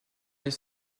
est